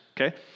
okay